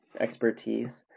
expertise